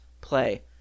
play